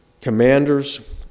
Commanders